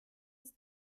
ist